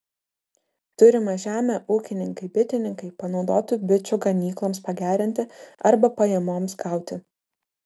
turimą žemę ūkininkai bitininkai panaudotų bičių ganykloms pagerinti arba pajamoms gauti